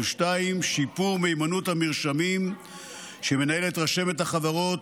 2. שיפור מהימנות המרשמים שמנהלת רשמת החברות